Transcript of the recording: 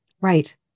right